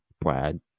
Brad